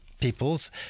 people's